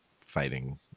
fighting